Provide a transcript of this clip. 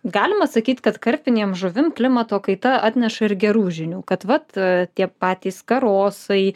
galima sakyt kad karpinėm žuvim klimato kaita atneša ir gerų žinių kad vat tie patys karosai